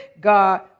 God